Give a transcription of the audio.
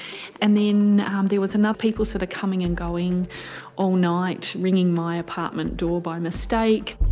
and then there was and people sort of coming and going all night, ringing my apartment door by mistake.